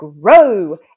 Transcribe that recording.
grow